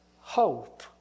hope